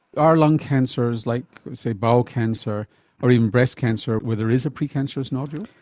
are lung cancers like, say, bowel cancer or even breast cancer where there is a precancerous nodule?